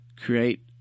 Create